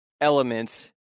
elements